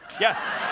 yes.